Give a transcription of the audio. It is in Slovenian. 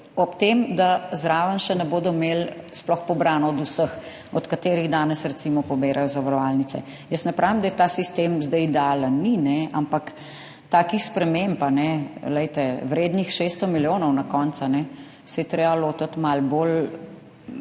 ob tem, da zraven še sploh ne bodo imeli pobrano od vseh, od katerih danes recimo pobirajo zavarovalnice. Ne pravim, da je ta sistem zdaj idealen, ni, ampak takih sprememb, na koncu vrednih 600 milijonov, se je treba lotiti malo bolj